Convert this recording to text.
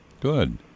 Good